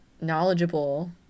knowledgeable